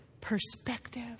perspective